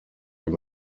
ein